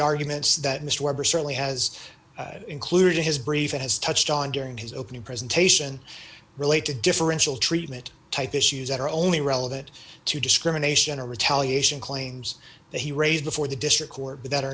arguments that mr weber certainly has included in his brief has touched on during his opening presentation relate to differential treatment type issues that are only relevant to discrimination or retaliation claims that he raised before the district court that are